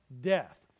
death